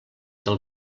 del